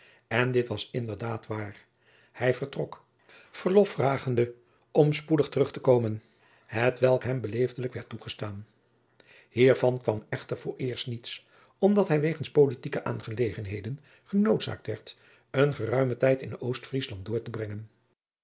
en dit was indedaad waar hij vertrok verlof vragende om spoedig terug te komen hetwelk hem beleefdelijk werd toegestaan hiervan kwam echter vooreerst niets omdat hij wegens politieke aangelegenheden genoodzaakt werd een geruimen tijd in oost-friesland door te brengen